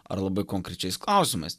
ar labai konkrečiais klausimais